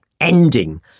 ending